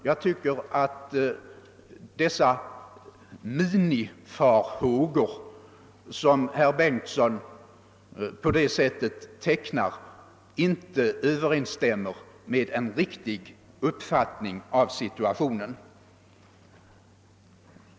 Jag tycker att de minifarhågor som herr Bengtsson på det sättet tecknar inte överensstämmer med en riktig skildring av situationen.